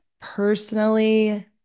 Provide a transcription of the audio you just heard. personally